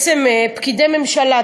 פקידי ממשלה,